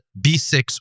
B6